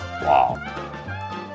Wow